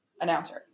announcer